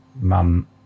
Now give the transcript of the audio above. Mum